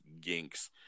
ginks